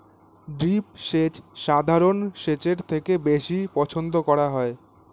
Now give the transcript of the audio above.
drip সেচ সাধারণ সেচের থেকে বেশি পছন্দ করা হয়